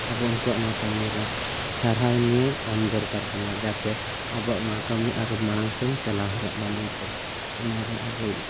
ᱟᱵᱚ ᱩᱱᱠᱩᱣᱟᱜ ᱱᱚᱣᱟ ᱠᱟᱹᱢᱤᱨᱮ ᱥᱟᱨᱦᱟᱣ ᱱᱤᱭᱟᱹ ᱮᱢ ᱫᱚᱨᱠᱟᱨ ᱠᱟᱱᱟ ᱡᱟᱛᱮ ᱟᱵᱚᱣᱟᱜ ᱱᱚᱣᱟ ᱠᱟᱹᱢᱤ ᱟᱨᱦᱚᱸ ᱢᱟᱲᱟᱝ ᱥᱮᱫ ᱪᱟᱞᱟᱣ ᱦᱚᱨᱟᱜ ᱢᱟ ᱢᱮᱱᱛᱮ ᱚᱱᱟᱜᱮ ᱟᱵᱚᱭᱤᱡ